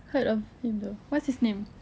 heard of him though what's his name